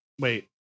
Wait